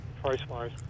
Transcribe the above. price-wise